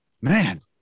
man